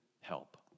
help